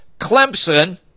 Clemson